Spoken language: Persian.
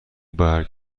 برگ